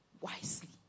wisely